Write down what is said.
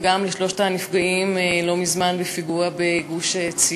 וגם לשלושת הנפגעים לא מזמן בפיגוע בגוש-עציון.